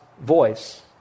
voice